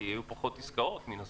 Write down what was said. כי היו פחות עסקאות מן הסתם.